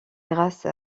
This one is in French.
grâce